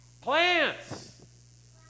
plants